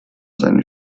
seine